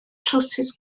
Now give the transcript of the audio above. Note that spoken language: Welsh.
trowsus